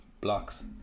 blocks